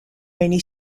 rainy